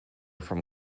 from